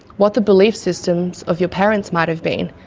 what the belief systems of your parents might have been.